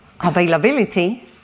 availability